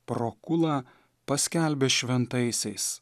prokulą paskelbė šventaisiais